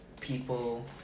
People